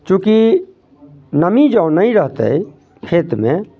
चूँकि नमी जौं नहि रहतै खेतमे